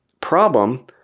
problem